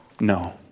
No